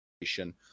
nation